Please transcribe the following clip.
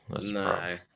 No